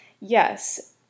yes